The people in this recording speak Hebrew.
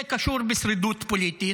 זה קשור בשרידות פוליטית.